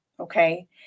Okay